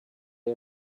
day